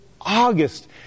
August